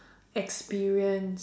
experience